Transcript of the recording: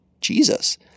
Jesus